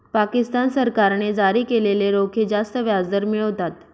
पाकिस्तान सरकारने जारी केलेले रोखे जास्त व्याजदर मिळवतात